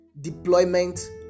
deployment